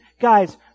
Guys